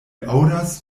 aŭdas